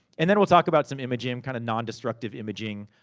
and then we'll talk about some imaging. kind of non-destructive imaging,